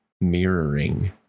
mirroring